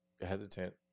hesitant